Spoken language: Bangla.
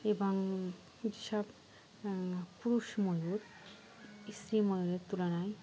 এবং যেসব পুরুষ ময়ূর স্ত্রী ময়ূরের তুলনায়